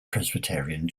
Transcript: presbyterian